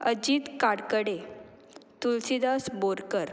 Ajit Kadkade Tulshidas Borkar